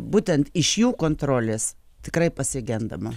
būtent iš jų kontrolės tikrai pasigendama